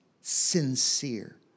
sincere